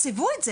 ושיתקצבו את זה.